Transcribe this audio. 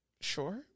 Sure